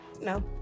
No